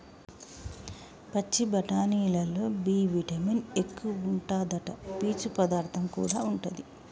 పచ్చి బఠానీలల్లో B vitamin ఎక్కువుంటాదట, పీచు పదార్థం కూడా ఉంటది